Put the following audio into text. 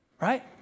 Right